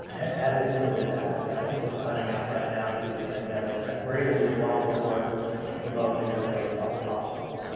haven't limited that, but i think we're finding out right now due to the pandemic that were able to do a lot more work remotely than we ever thought possible,